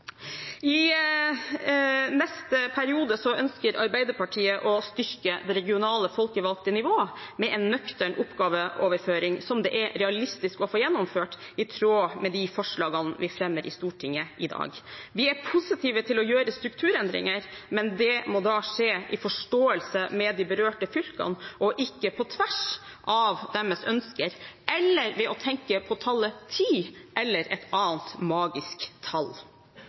I neste periode ønsker Arbeiderpartiet å styrke det regionale folkevalgte nivået med en nøktern oppgaveoverføring som det er realistisk å få gjennomført, i tråd med de forslagene som vi fremmer i Stortinget i dag. Vi er positive til å gjøre strukturendringer, men det må da skje i forståelse med de berørte fylkene og ikke på tvers av deres ønsker eller ved å tenke på tallet 10 eller et annet magisk tall.